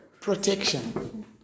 Protection